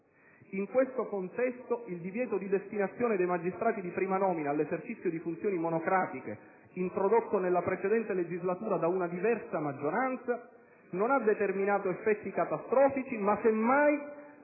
In questo contesto, il divieto di destinazione dei magistrati di prima nomina all'esercizio di funzioni monocratiche - introdotto nella precedente legislatura da una diversa maggioranza - non ha determinato effetti catastrofici ma, semmai,